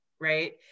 right